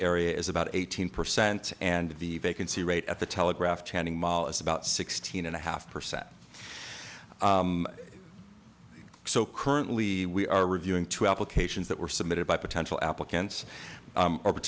area is about eighteen percent and the vacancy rate at the telegraph channing mall is about sixteen and a half percent so currently we are reviewing two applications that were submitted by potential applicants